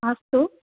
अस्तु